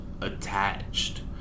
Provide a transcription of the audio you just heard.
attached